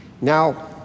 Now